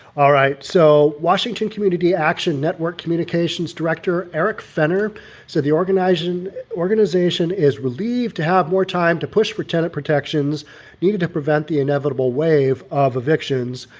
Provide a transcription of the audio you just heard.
alright, so washington community action network communications director eric fenner said the organizing organization is relieved to have more time to push for tenant protections needed to prevent the inevitable wave of evictions,